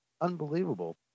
unbelievable